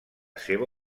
seva